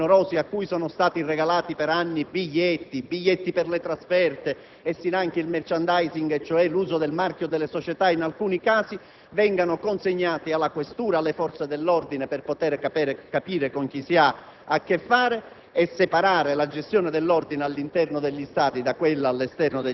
per rompere il legame tra le società e le tifoserie, affinché gli elenchi dei tifosi facinorosi (a cui sono stati regalati per anni biglietti per le trasferte e finanche il *merchandising*, cioè l'uso del marchio delle società) vengano consegnati alla questura e alle forze dell'ordine per poter capire con chi si ha